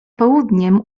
południem